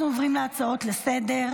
אנחנו עוברים להצעות לסדר.